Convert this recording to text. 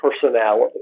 personality